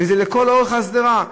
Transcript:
וזה לכל אורך השדרה.